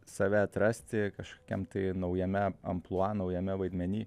save atrasti kažkokiam tai naujame amplua naujame vaidmeny